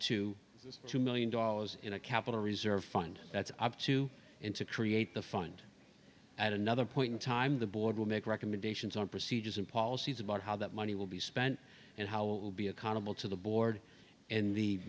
to two million dollars in a capital reserve fund that's up to him to create the fund at another point in time the board will make recommendations on procedures and policies about how that money will be spent and how it will be accountable to the board and the